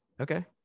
Okay